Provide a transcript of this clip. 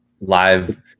live